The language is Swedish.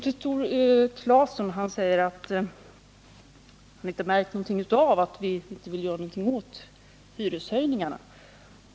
Tore Claeson sade att han inte märkt att vi vill göra någonting åt hyreshöjningarna.